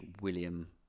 William